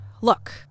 Look